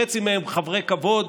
חצי מהם חברי כבוד.